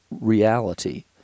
reality